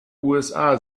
usa